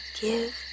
give